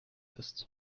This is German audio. ist